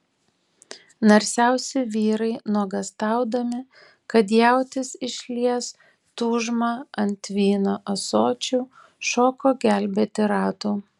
narsiausi vyrai nuogąstaudami kad jautis išlies tūžmą ant vyno ąsočių šoko gelbėti ratų